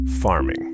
Farming